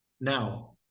now